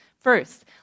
First